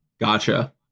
Gotcha